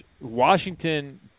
Washington